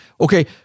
Okay